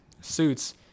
suits